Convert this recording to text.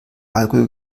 alkohol